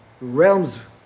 realms